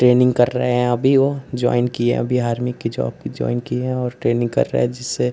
training कर रहे हैं अभी वह ज़्वाइन किए अभी आर्मी की जॉब की ज़्वाइन किए हैं और ट्रेनिन्ग कर रहे जिससे